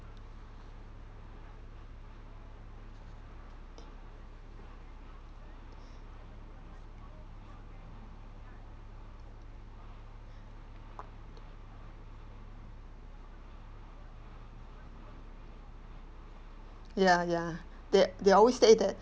ya ya they they always say that